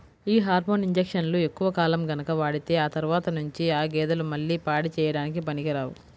యీ హార్మోన్ ఇంజక్షన్లు ఎక్కువ కాలం గనక వాడితే ఆ తర్వాత నుంచి ఆ గేదెలు మళ్ళీ పాడి చేయడానికి పనికిరావు